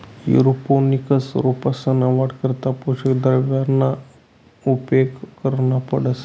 aeroponics रोपंसना वाढ करता पोषक द्रावणना उपेग करना पडस